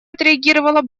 отреагировало